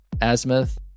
azimuth